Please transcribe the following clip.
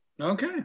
Okay